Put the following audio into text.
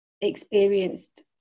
experienced